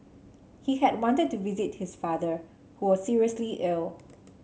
he had wanted to visit his father who was seriously ill